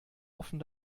offen